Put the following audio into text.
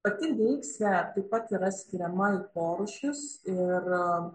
pati deiksė taip pat yra skiriama į porūšius ir